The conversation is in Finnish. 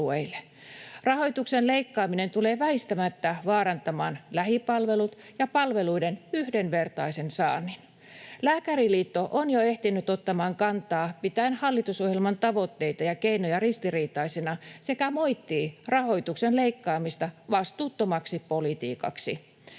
Rahoituksen leikkaaminen tulee väistämättä vaarantamaan lähipalvelut ja palveluiden yhdenvertaisen saannin. Lääkäriliitto on jo ehtinyt ottamaan kantaa pitäen hallitusohjelman tavoitteita ja keinoja ristiriitaisina sekä moittien rahoituksen leikkaamista vastuuttomaksi politiikaksi.